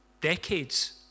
decades